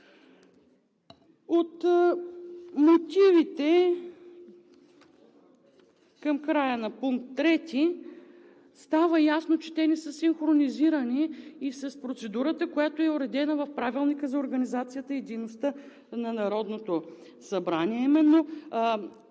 От мотивите към края на третия пункт става ясно, че те не са синхронизирани и с процедурата, която е уредена в Правилника за организацията и дейността на Народното събрание,